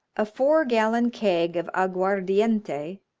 a four-gallon keg of aguardiente,